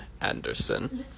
Anderson